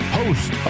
host